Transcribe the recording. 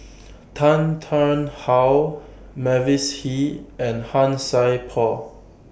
Tan Tarn How Mavis Hee and Han Sai Por